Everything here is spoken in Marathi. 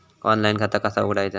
ऑनलाइन खाता कसा उघडायचा?